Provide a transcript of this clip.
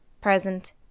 present